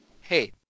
Hey